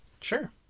Sure